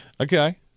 Okay